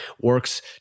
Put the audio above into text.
works